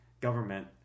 government